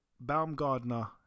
Baumgartner